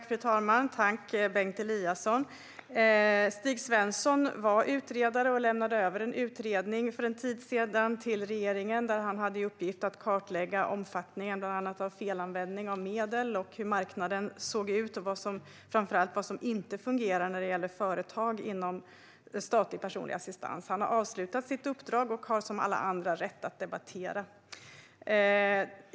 Fru talman! Tack, Bengt Eliasson! Stig Svensson var utredare och lämnade för en tid sedan över en utredning till regeringen. Han hade i uppgift att kartlägga omfattningen av bland annat felanvändning av medel, hur marknaden såg ut och framför allt vad som inte fungerar när det gäller företag inom statlig personlig assistans. Han har avslutat sitt uppdrag och har, som alla andra, rätt att debattera.